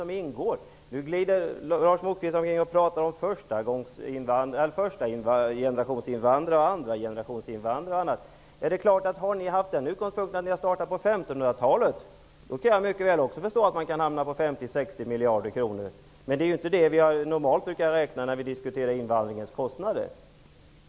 Lars Moquist glider nu över till att tala om förstagenerationsinvandrare och andragenerationsinvandrare. Om ni har haft utgångspunkten att börja räkna kostnader från 1500-talet, kan jag mycket väl förstå att ni kan hamna på 50--60 miljarder kronor, men det är inte så vi normalt brukar räkna när det gäller invandringens kostnader.